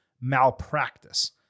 malpractice